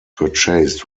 purchased